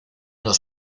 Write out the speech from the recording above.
los